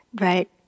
Right